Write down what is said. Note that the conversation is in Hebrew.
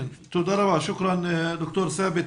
תודה ד"ר ת'אבת.